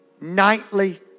nightly